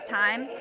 time